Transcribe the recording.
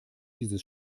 dieses